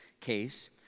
case